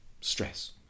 Stress